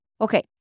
Okay